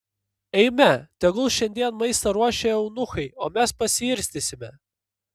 eime tegul šiandien maistą ruošia eunuchai o mes pasiirstysime